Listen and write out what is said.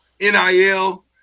NIL